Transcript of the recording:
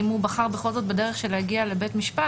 אם הוא בחר בכל זאת בחר בדרך של להגיע לבית משפט